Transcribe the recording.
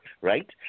right